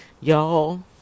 Y'all